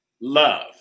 Love